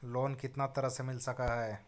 Loan कितना तरह से मिल सक है?